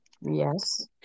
Yes